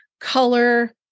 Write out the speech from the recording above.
color